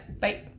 Bye